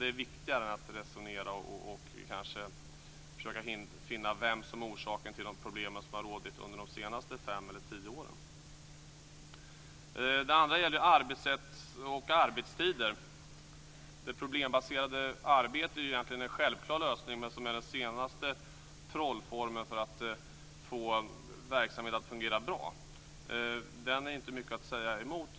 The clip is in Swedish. Det är viktigare än att resonera och kanske försöka finna vem som är orsaken till de problem som har varit de senaste fem eller tio åren. Det andra gäller arbetssätt och arbetstider. Det problembaserade arbetet är egentligen en självklar lösning. Det är den senaste trollformeln för att få verksamhet att fungera bra. Den är inte mycket att säga emot.